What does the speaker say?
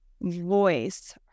voice